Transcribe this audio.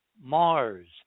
Mars